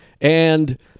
And-